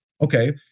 Okay